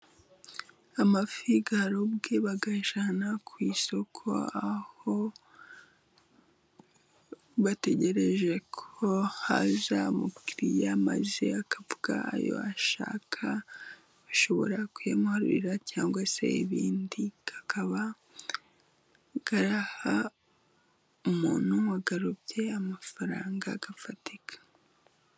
Amafi yarobwe， bayajyana ku isoko， aho bategereje ko haza umukiriya， maze akavuga ayo ashaka， bashobora kuyamuharurira， cyangwa se ibindi，akaba araha umuntu wayarobye， amafaranga afatika.